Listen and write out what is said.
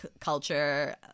culture –